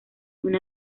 una